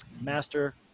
Master